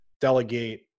delegate